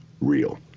real